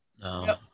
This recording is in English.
No